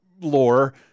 lore